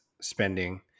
spending